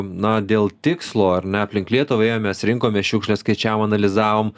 na dėl tikslo ar ne aplink lietuvą ėjom mes rinkome šiukšles skaičiavom analizavom